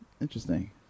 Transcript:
interesting